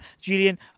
Julian